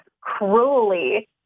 cruelly